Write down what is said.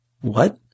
What